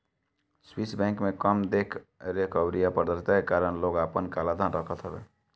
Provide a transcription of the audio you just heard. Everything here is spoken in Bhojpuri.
स्विस बैंक में कम देख रेख अउरी अपारदर्शिता के कारण लोग आपन काला धन रखत हवे